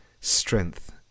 strength